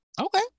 Okay